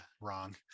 wrong